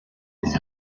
his